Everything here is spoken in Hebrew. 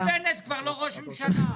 מזל שבנט כבר לא ראש ממשלה.